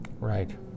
Right